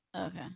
Okay